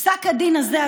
פסק הדין הזה,